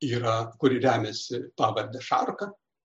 yra kuri remiasi pavarde šarka